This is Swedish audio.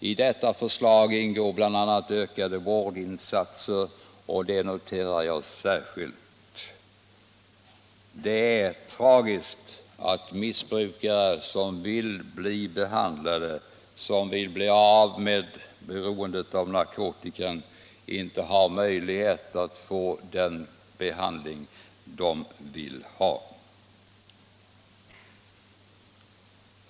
I detta förslag ingår bl.a. ökade vårdinsatser, och det noterar jag särskilt. Det är tragiskt att missbrukare, som vill bli behandlade och som vill bli av med beroendet av narkotika, inte har möjlighet att få den behandling de vill ha.